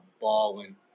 balling